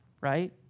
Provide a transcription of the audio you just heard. right